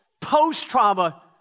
Post-trauma